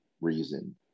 reason